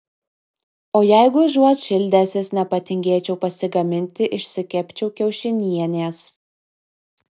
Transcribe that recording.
o jeigu užuot šildęsis nepatingėčiau pasigaminti išsikepčiau kiaušinienės